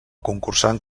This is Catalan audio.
concursant